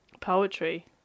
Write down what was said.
Poetry